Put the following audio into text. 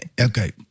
Okay